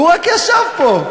הוא רק ישב פה.